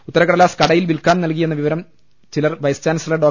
ഉത്തരക്കടലാസ് കടയിൽ വിൽക്കാൻ നൽകിയെന്ന വിവരം ചിലർ വൈസ്ചാൻസലർ ഡോ